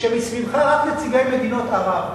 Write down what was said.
כשמסביבך רק נציגי מדינות ערב.